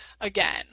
again